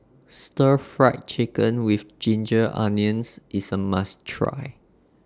Stir Fried Chicken with Ginger Onions IS A must Try